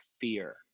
fear